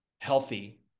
healthy